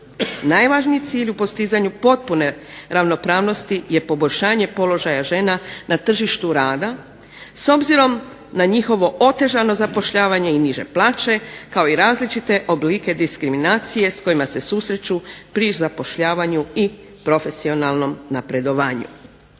Najvažniji cilj u postizanju potpune ravnopravnosti je poboljšanje položaja žena na tržištu rada s obzirom na njihovo otežano zapošljavanje i niže plaće kao i različite oblike diskriminacije s kojima se susreću pri zapošljavanju i profesionalnom napredovanju.